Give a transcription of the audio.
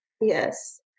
Yes